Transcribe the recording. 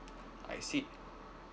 I see